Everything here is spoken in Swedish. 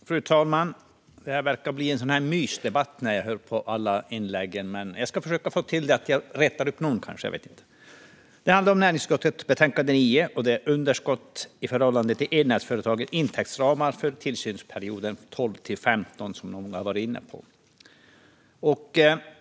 Fru talman! Efter att ha lyssnat på alla inläggen verkar detta bli en mysdebatt, men jag kanske kan reta upp någon. Debatten handlar om näringsutskottets betänkande 9 Underskott i förhållande till elnätsföretagens intäktsramar för tillsynsperioden 2012 - 2015 .